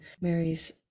Mary's